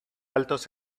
altos